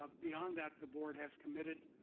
ah beyond that the board has committed